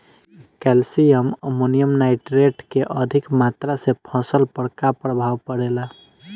Calcium ammonium nitrate के अधिक मात्रा से फसल पर का प्रभाव परेला?